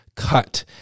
Cut